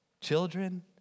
children